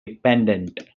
pendant